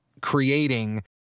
creating